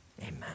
amen